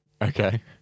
Okay